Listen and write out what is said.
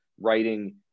writing